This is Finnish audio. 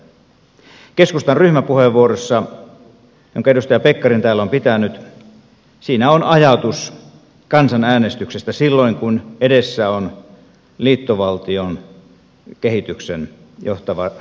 keskustan ryhmäpuheenvuorossa jonka edustaja pekkarinen täällä on käyttänyt on ajatus kansanäänestyksestä silloin kun edessä on liittovaltiokehitykseen johtava ratkaisu